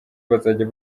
bazajya